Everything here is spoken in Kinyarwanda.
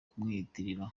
kumwitirira